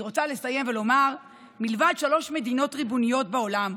אני רוצה לסיים ולומר: מלבד שלוש מדינות ריבוניות בעולם,